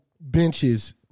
benches